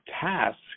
task